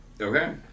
Okay